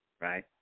right